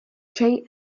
jay